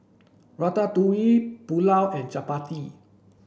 Ratatouille Pulao and Chapati